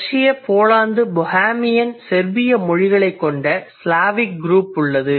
ரஷ்ய Poland Bohemian மற்றும் Serbia மொழிகளைக் கொண்ட ஸ்லாவிக் குரூப் உள்ளது